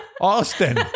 Austin